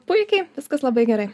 puikiai viskas labai gerai